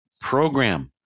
program